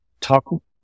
talk